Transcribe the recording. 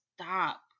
stop